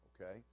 okay